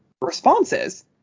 responses